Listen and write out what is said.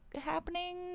happening